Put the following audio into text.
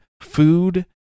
food